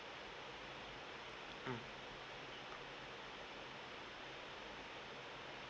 mm